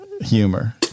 humor